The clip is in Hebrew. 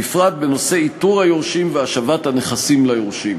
בפרט בנושא איתור היורשים והשבת הנכסים ליורשים.